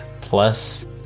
plus